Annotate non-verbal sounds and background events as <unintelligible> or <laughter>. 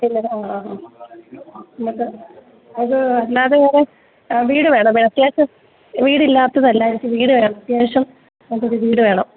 അത് അല്ലാതെ വേറെ വീടുവേണം <unintelligible> വീടില്ലാത്തതല്ല ഞങ്ങൾക്ക് വീട് വേണം അത്യാവശ്യം നല്ലൊരു വീടുവേണം